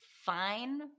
fine